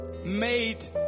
Made